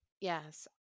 Yes